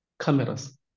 cameras